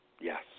Yes